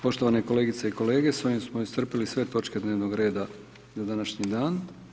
Poštovane kolegice i kolege, s ovim smo iscrpili sve točke dnevnog reda za današnji dan.